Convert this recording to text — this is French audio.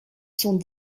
sont